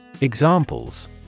Examples